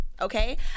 okay